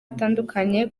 atandukanye